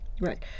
right